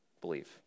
believe